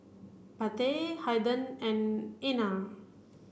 Pate Haiden and Einar